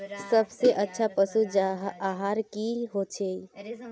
सबसे अच्छा पशु आहार की होचए?